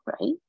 right